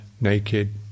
naked